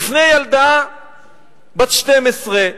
לבוא בפני ילדה בת 12,